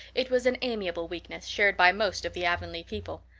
it was an amiable weakness shared by most of the avonlea people.